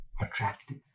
attractive